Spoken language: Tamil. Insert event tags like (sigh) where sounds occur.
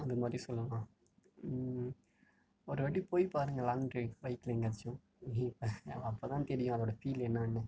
அதுமாதிரி சொல்லலாம் ஒருவாட்டி போய் பாருங்கள் லாங் ட்ரைவ் பைக்கில் எங்காச்சும் (unintelligible) அப்போதான் தெரியும் அதோட ஃபீல் என்னான்னு